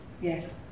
Yes